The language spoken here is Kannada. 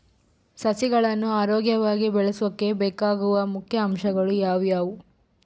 ಸಸಿಗಳನ್ನು ಆರೋಗ್ಯವಾಗಿ ಬೆಳಸೊಕೆ ಬೇಕಾಗುವ ಮುಖ್ಯ ಅಂಶಗಳು ಯಾವವು?